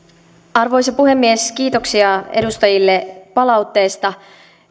arvoisa puhemies kiitoksia edustajille palautteesta oli